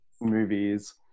movies